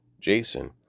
Jason